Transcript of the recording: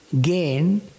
gain